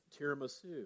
tiramisu